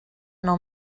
nou